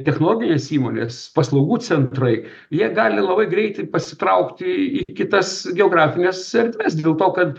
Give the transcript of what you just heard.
technologinės įmonės paslaugų centrai jie gali labai greitai pasitraukti į kitas geografines erdves dėl to kad